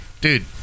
dude